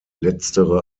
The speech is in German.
letztere